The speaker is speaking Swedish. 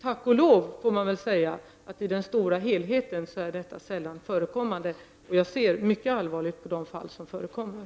Tack och lov, får man väl säga, så förekommer detta i stort sett relativt sällan. Jag ser mycket allvarligt på de fall som förekommer.